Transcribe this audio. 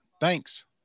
Thanks